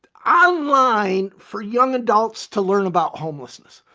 ah a line for young adults to learn about homelessness.